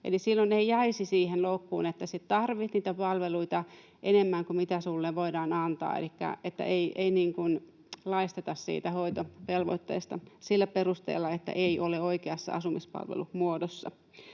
silloin ei jäisi siihen loukkuun, että sinä tarvitset niitä palveluita enemmän kuin mitä sinulle voidaan antaa. Elikkä ei laisteta siitä hoitovelvoitteesta sillä perusteella, että ei ole oikeassa asumispalvelumuodossa.